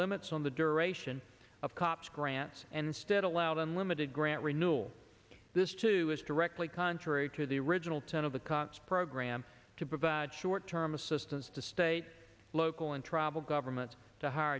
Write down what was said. limits on the duration of cops grants and instead allowed unlimited grant renewal this too is directly contrary to the original ten of the cops program to provide short term assistance to state local and tribal government to h